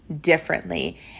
differently